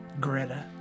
Greta